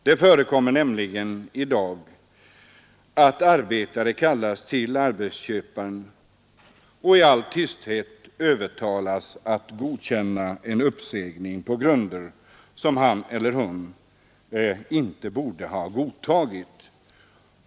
Det förekommer nämligen i dag att arbetare kallas till arbetsköparen och i all tysthet övertalas att godkänna en uppsägning på grunder som han eller hon inte borde ha godtagit.